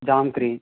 jangiri